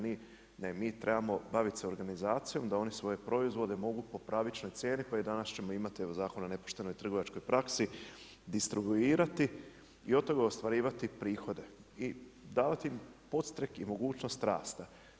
Ne, mi trebamo baviti se organizacijom da oni svoje proizvode mogu po pravičnoj cijeni pa i danas ćemo imati zakon o nepoštenoj trgovačkoj praksi, distribuirati i od toga ostvarivati prihode i davati im podstrek i mogućnost rasta.